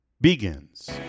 begins